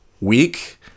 week